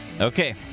Okay